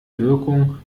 wirkung